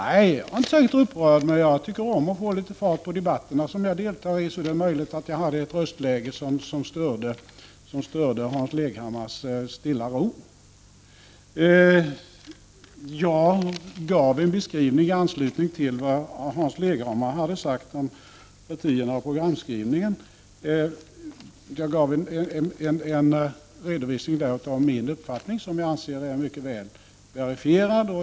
Nej, jag är inte särskilt upprörd. Jag tycker om att få litet fart på debatterna som jag deltar i, så det är möjligt att jag hade ett röstläge som störde Hans Leghammars stilla ro. I anslutning till vad Hans Leghammar hade sagt om partierna och programskrivningen gav jag en redovisning av min uppfattning, som jag anser är väl verifierad.